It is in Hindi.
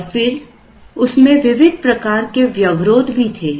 और फिर उसमें विविध प्रकार के व्यवरोध भी थे